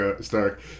Stark